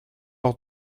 hors